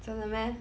真的 meh